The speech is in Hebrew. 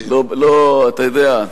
אתה יודע,